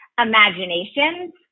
imaginations